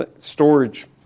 storage